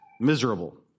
Miserable